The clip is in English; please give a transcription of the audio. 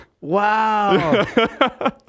Wow